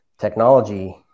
Technology